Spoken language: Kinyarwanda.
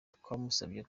twamusabye